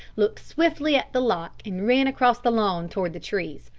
looked swiftly at the lock and ran across the lawn toward the trees.